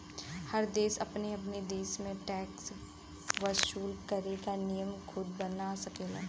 हर देश अपने अपने देश में टैक्स वसूल करे क नियम खुद बना सकेलन